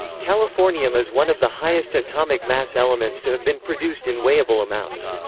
californium is one of the highest atomic mass elements to have been produced in weighable amounts.